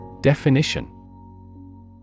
Definition